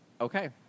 Okay